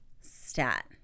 stat